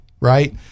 right